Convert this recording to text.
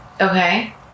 Okay